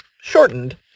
shortened